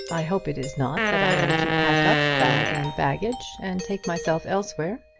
i hope it is not that i am to pack up, bag and baggage, and take myself elsewhere.